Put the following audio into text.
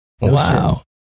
Wow